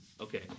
okay